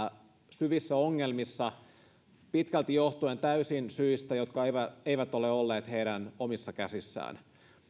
syvissä ongelmissa johtuen täysin syistä jotka eivät eivät ole olleet heidän omissa käsissään